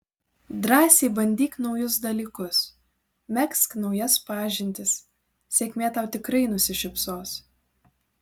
drąsiai bandyk naujus dalykus megzk naujas pažintis sėkmė tau tikrai nusišypsos